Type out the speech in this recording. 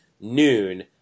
noon